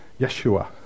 Yeshua